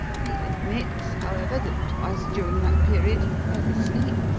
he admits, however, that twice during that period he fell asleep,